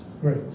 Great